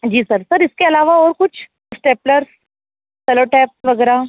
जी sir sir इसके अलावा और कुछ स्टेपलर्स सैलो टैप वग़ैरह